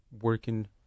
working